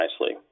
nicely